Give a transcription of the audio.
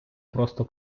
просто